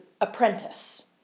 apprentice